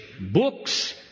Books